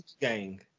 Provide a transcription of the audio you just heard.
Gang